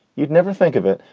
you'd never think of it,